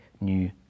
new